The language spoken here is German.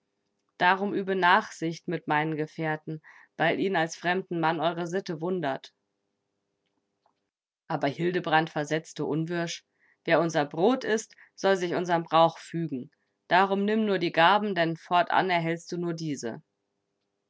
darum übe nachsicht mit meinem gefährten weil ihn als fremden mann eure sitte wundert aber hildebrand versetzte unwirsch wer unser brot ißt soll sich unserem brauch fügen darum nimm nur die garben denn fortan erhältst du nur diese